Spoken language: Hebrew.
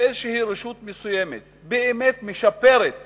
רשות מסוימת באמת משפרת